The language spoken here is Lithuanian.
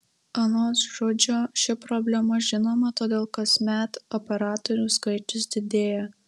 anot žudžio ši problema žinoma todėl kasmet operatorių skaičius didėja